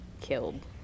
killed